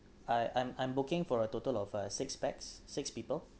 I I'm I'm booking for a total of uh six pax six people